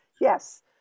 Yes